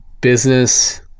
business